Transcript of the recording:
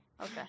okay